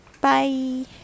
Bye